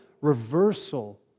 reversal